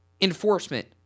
enforcement